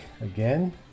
again